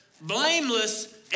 Blameless